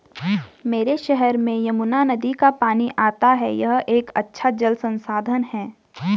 मेरे शहर में यमुना नदी का पानी आता है यह एक अच्छा जल संसाधन है